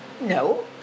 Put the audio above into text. No